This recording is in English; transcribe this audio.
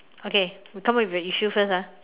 okay we come up with an issue first ah